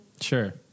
sure